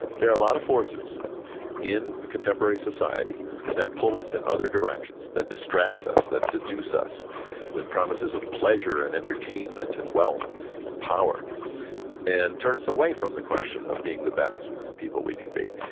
there are a lot of forces in contemporary society that pull us in other directions that distract us, that seduce us with promises of pleasure and entertainment, and wealth and power and turn us away from the question of being the best people we can be.